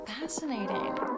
Fascinating